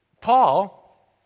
Paul